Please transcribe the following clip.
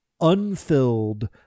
unfilled